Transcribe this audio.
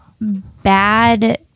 bad